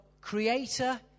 creator